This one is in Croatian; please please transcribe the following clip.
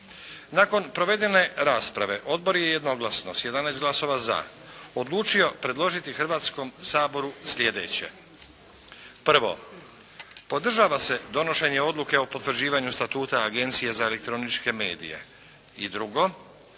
Nakon provedene rasprave Odbor je jednoglasno sa 11 glasova za, odlučio predložiti Hrvatskom saboru sljedeće. Prvo, podržava se donošenje odluke o potvrđivanju Statuta Agencije za elektroničke medije. I drugo,